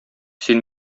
син